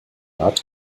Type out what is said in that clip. art